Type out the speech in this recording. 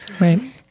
right